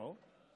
לא,